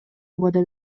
убада